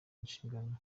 inshingano